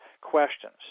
questions